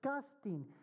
disgusting